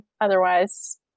otherwise